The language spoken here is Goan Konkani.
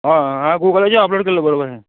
हय हय गुगलाचेर आपलोड केल्ले बरोबर